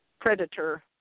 predator